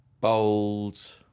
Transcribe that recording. bold